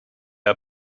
are